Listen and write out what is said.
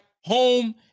home